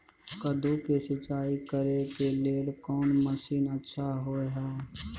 कद्दू के सिंचाई करे के लेल कोन मसीन अच्छा होय है?